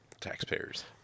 taxpayers